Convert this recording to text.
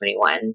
2021